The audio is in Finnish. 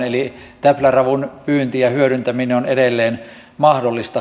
eli täpläravun pyynti ja hyödyntäminen on edelleen mahdollista